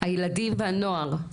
הילדים והנוער,